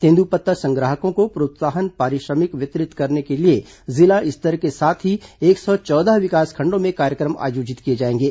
तेंदूपत्ता संग्राहकों को प्रोत्साहन पारिश्रमिक वितरित करने के लिए जिला स्तर के साथ ही एक सौ चौदह विकासखण्डों में कार्यक्रम आयोजित किए जाएंगे